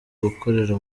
gukorera